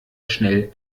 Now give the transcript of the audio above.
schnell